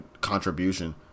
contribution